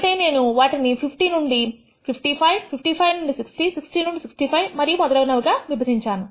అంటే నేను వాటిని 50 నుండి 5555 నుండి 6060 నుండి 65 మరియు మొదలగునవి గా విభజించాను